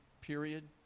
period